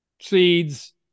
seeds